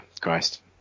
Christ